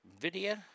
Video